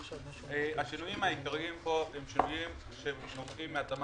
השינויים העיקריים פה הם שינויים שנובעים מהתאמת